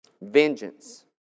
Vengeance